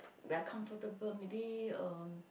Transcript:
we are comfortable maybe uh